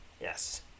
Yes